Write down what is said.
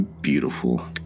Beautiful